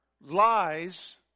lies